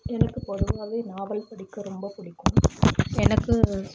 எனக்கு பொதுவாகவே நாவல் படிக்க ரொம்ப பிடிக்கும் எனக்கு